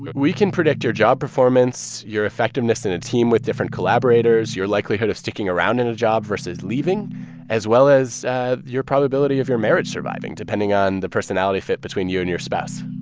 we can predict your job performance, your effectiveness in a team with different collaborators, your likelihood of sticking around in a job versus leaving as well as ah your probability of your marriage surviving, depending on the personality fit between you and your spouse